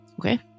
Okay